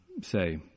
say